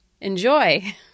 enjoy